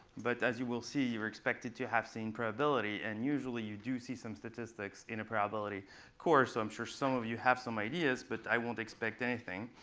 but as you will see, you are expected to have seen probability. and usually, you do see some statistics in a probability course. so i'm sure some of you have some ideas, but i won't expect anything.